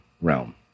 realm